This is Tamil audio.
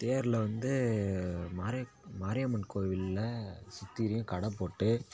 தேர்ல வந்து மாரி மாரியம்மன் கோவில்ல சுத்திலும் கடைப் போட்டு